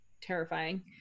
terrifying